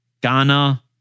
Ghana